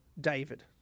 David